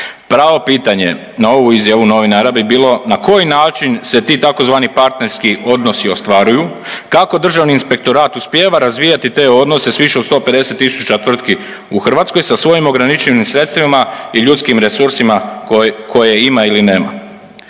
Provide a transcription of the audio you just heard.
Pravo pitanje na ovu izjavu novinara bi bilo na koji način se ti tzv. partnerski odnosi ostvaruju, kako Državni inspektorat uspijeva razvijati te odnose sa više od 150000 tvrtki u Hrvatskoj sa svojim ograničenim sredstvima i ljudskim resursima koje ima ili nema.